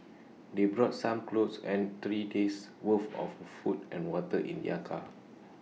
they brought some clothes and three days' worth of food and water in their car